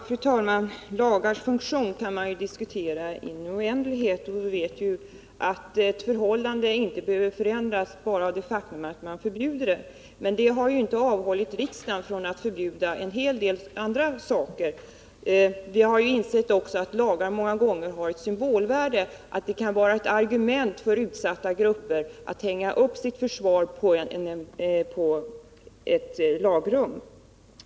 Fru talman! Lagars funktion kan man diskutera i det oändliga. Vi vet ju att ett missförhållande inte behöver förändras av det faktum att man förbjuder det, men det har inte avhållit riksdagen från att stifta lagar. Vi har också insett att lagar många gånger har ett viktigt symbolvärde.